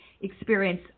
experience